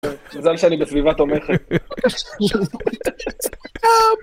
מזל שאני בסביבת תומכת